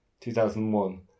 2001